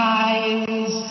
eyes